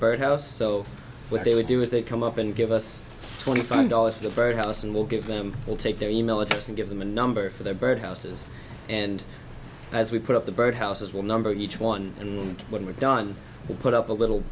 birdhouse so what they would do is they come up and give us twenty five dollars for the bird house and we'll give them we'll take their e mail address and give them a number for their bird houses and as we put up the birdhouses will number each one and when we're done we put up a little